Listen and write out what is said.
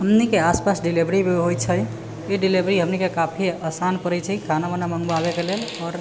हमनीके आसपास डिलिवरी भी होयत छै ई डिलिवरी हमनीके काफी आसान पड़ैत छै खाना ओना मङ्गबाबैके लेल आओर